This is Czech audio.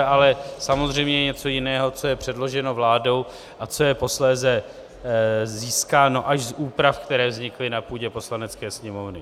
Ale samozřejmě je něco jiného, co je předloženo vládou a co je posléze získáno až z úprav, které vznikly na půdě Poslanecké sněmovny.